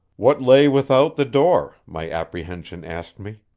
what lay without the door, my apprehension asked me.